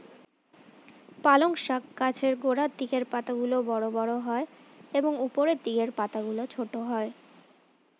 পালং শাক গাছের গোড়ার দিকের পাতাগুলো বড় বড় হয় এবং উপরের দিকের পাতাগুলো ছোট হয়